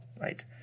right